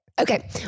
Okay